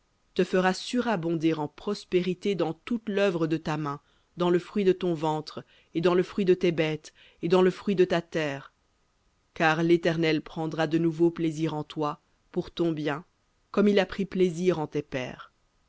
te fera surabonder en prospérité dans toute l'œuvre de ta main dans le fruit de ton ventre et dans le fruit de tes bêtes et dans le fruit de ta terre car l'éternel prendra de nouveau plaisir en toi pour bien comme il a pris plaisir en tes pères